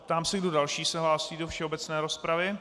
Ptám se, kdo další se hlásí do všeobecné rozpravy.